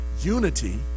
Unity